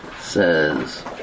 says